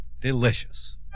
delicious